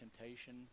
temptation